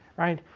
right?